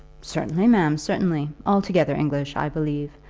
certainly, ma'am, certainly. altogether english, i believe.